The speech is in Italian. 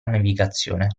navigazione